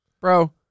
Bro